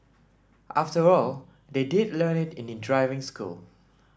after all they did learn it in driving school